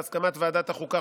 בהסכמת ועדת החוקה,